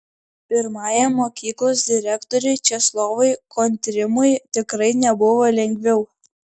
pirmajam mokyklos direktoriui česlovui kontrimui tikrai nebuvo lengviau